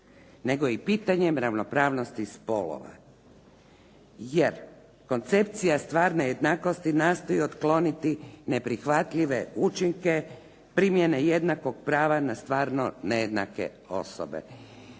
nego i pitanjem ravnopravnosti spolova jer koncepcija stvarne jednakosti nastoji otkloniti neprihvatljive učinke primjene jednakog prava na stvarno nejednake osobe.